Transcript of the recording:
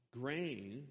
grain